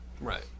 Right